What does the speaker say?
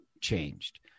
changed